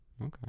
Okay